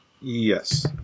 Yes